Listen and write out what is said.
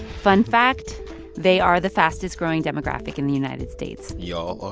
fun fact they are the fastest-growing demographic in the united states y'all are